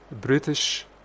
British